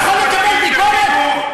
רצח לא מתחיל בחקירה משטרתית.